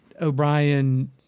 O'Brien